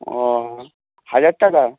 ও হাজার টাকা